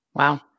Wow